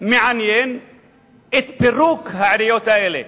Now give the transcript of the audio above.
מעניין את פירוק העיריות האלה,